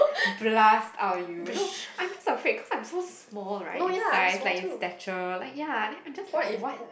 blast out you no I'm just afraid cause I'm so small right in size like in stature like ya then I'm just like what